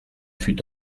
fut